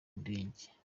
ndege